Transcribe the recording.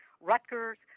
Rutgers